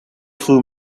flew